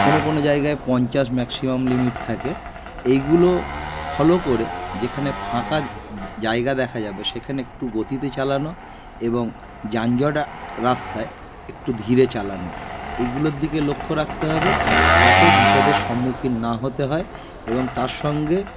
কোনো কোনো জায়গায় পঞ্চাশ ম্যাক্সিমাম লিমিট থাকে এইগুলো ফলো করে যেখানে ফাঁকা জায়গা দেখা যাবে সেখানে একটু গতিতে চালানো এবং যানজটা রাস্তায় একটু ধীরে চালানো এগুলোর দিকে লক্ষ্য রাখতে হবে যাতে বিপদের সম্মুখীন না হতে হয় এবং তার সঙ্গে